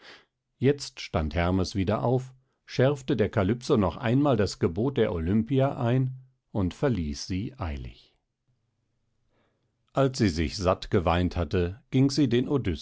jetzt stand hermes wieder auf schärfte der kalypso noch einmal das gebot der olympier ein und verließ sie eilig als sie sich satt geweint hatte ging sie den